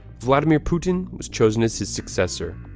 vladimir putin was chosen as his successor.